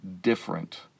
different